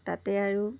তাতে আৰু